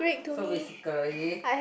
so basically